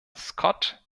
scott